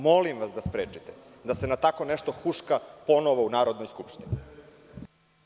Molim vas da sprečite da se na tako nešto huška ponovo u Narodnoj skupštini.